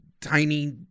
tiny